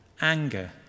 anger